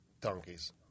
Donkeys